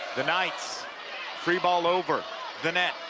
the knights free ball over the net.